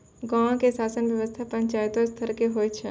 गांवो के शासन व्यवस्था पंचायत स्तरो के होय छै